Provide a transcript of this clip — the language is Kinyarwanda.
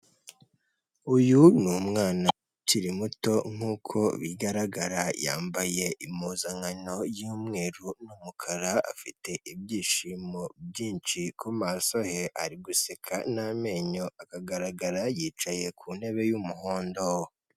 Uyu ni umwana ukiri muto nkuko bigaragara, yambaye impuzankano y'umweru n'umukara afite ibyishimo byinshi, ku maso he ari guseka n'amenyo akagaragara, yicaye ku ntebe y'umuhondo.